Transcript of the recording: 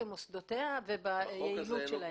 במוסדותיה וביעילות שלהם.